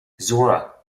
zora